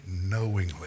knowingly